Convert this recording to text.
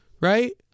right